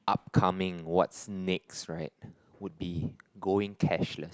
upcoming what's next right would be going cashless